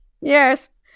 Yes